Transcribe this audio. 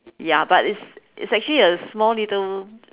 ya but it's it's actually a small little